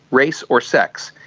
race or sex.